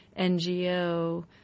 NGO